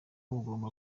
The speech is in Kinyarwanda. bugomba